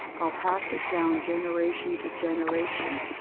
i'll pass it down, generation to generation.